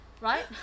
right